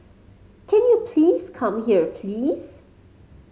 can you please come here please